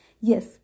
Yes